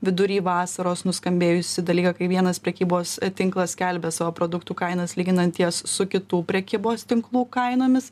vidury vasaros nuskambėjusį dalyką kai vienas prekybos tinklas skelbia savo produktų kainas lyginant jas su kitų prekybos tinklų kainomis